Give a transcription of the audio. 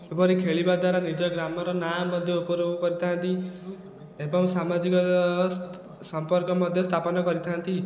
ଏ'ପରି ଖେଳିବା ଦ୍ଵାରା ନିଜ ଗ୍ରାମର ନାଁ ମଧ୍ୟ ଉପରକୁ କରିଥାନ୍ତି ଏବଂ ସାମାଜିକ ସମ୍ପର୍କ ମଧ୍ୟ ସ୍ଥାପନ କରିଥାନ୍ତି